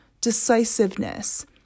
decisiveness